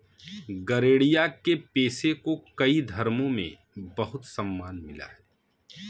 गरेड़िया के पेशे को कई धर्मों में बहुत सम्मान मिला है